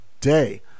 day